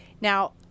Now